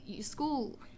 school